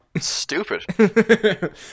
stupid